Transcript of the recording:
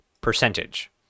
percentage